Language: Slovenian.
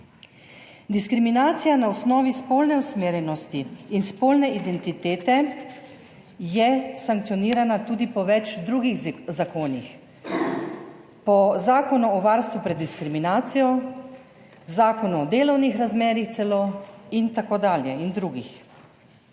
Diskriminacija na osnovi spolne usmerjenosti in spolne identitete je sankcionirana tudi po več drugih zakonih, po Zakonu o varstvu pred diskriminacijo, celo Zakonu o delovnih razmerjih in drugih.